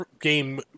game